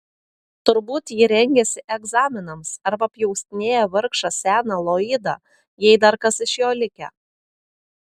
turbūt ji rengiasi egzaminams arba pjaustinėja vargšą seną loydą jei dar kas iš jo likę